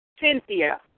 Cynthia